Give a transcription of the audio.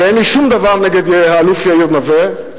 ואין לי שום דבר נגד האלוף יאיר נוה,